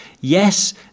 yes